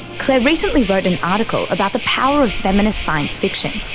claire recently wrote an article about the power of feminist science fiction.